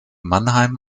mannheim